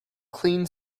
clean